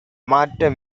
மாற்ற